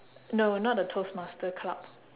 no not the toastmaster club